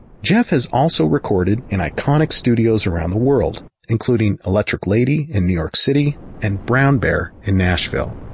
jeff has also recorded in iconic studios around the world, including electric lady in new york city and brown bear in nashville.